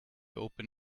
open